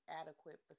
adequate